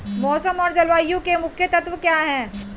मौसम और जलवायु के मुख्य तत्व क्या हैं?